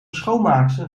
schoonmaakster